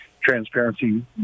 transparency